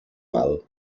mal